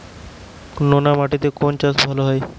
নোনা মাটিতে কোন চাষ ভালো হয়?